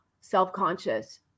self-conscious